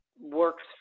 works